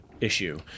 issue